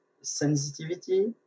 sensitivity